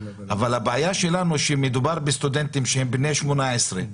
אבל הבעיה שלנו שמדובר בסטודנטים שהם בני 18,